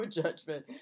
judgment